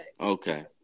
okay